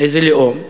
איזה לאום?